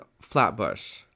Flatbush